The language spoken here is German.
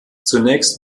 zunächst